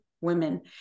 women